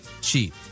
cheap